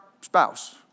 spouse